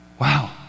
wow